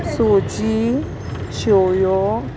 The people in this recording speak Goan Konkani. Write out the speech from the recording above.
सोजी शेवयो